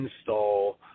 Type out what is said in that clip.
install